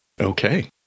Okay